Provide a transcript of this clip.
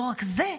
לא רק זה,